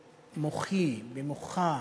במוחי, במוחה,